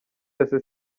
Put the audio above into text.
yose